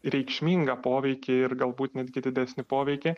reikšmingą poveikį ir galbūt netgi didesnį poveikį